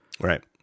right